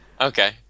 Okay